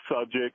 subject